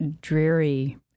dreary